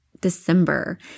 December